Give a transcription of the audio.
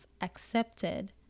accepted